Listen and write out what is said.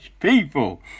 people